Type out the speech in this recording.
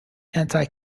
anti